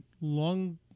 long